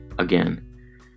again